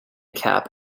cap